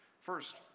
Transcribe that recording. First